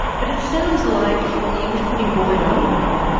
but it sounds like it was pretty wide open.